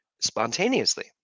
spontaneously